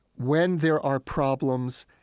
when there are problems,